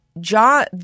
John